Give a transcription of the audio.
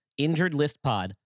InjuredListPod